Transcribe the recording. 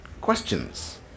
questions